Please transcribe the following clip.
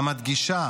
מדגישה